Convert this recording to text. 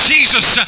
Jesus